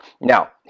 Now